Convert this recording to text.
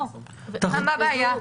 מה הבעיה?